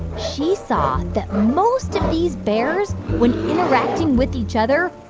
she saw that most of these bears, when interacting with each other,